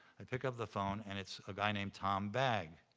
i pick up the phone and it's a guy named tom bagg,